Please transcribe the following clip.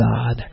God